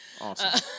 Awesome